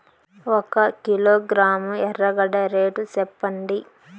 ఒక కిలోగ్రాము ఎర్రగడ్డ రేటు సెప్పండి?